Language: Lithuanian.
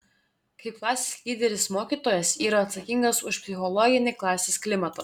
kaip klasės lyderis mokytojas yra atsakingas už psichologinį klasės klimatą